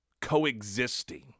coexisting